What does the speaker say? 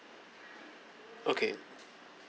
okay